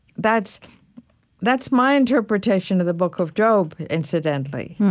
that's that's my interpretation of the book of job, incidentally.